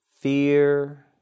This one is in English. fear